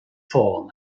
ffôn